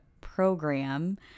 program